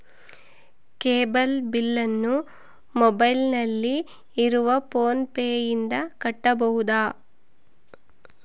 Cable ಬಿಲ್ಲನ್ನು ಮೊಬೈಲಿನಲ್ಲಿ ಇರುವ ಫೋನ್ ಪೇನಿಂದ ಕಟ್ಟಬಹುದಾ?